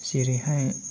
जेरैहाय